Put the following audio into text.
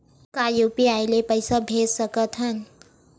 का यू.पी.आई ले पईसा भेज सकत हन?